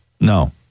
No